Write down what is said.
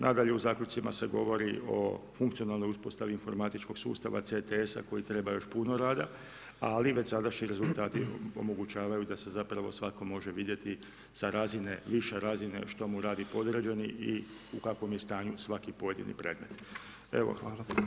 Nadalje u zaključcima se govori o funkcionalnoj uspostavi informatičkog sustava CTS-a koji treba još puno rada, ali već sadašnji rezultati omogućavaju da se zapravo svako može vidjeti sa razine, više razine što mu radi podređeni i u kakvom je stanju svaki pojedini predmet.